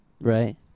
right